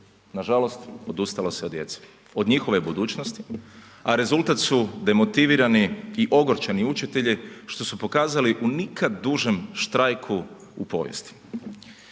Nažalost odustalo se od djece, od njihove budućnosti, a rezultat su demotivirani i ogorčeni učitelji što su pokazali u nikad dužem štrajku u povijesti.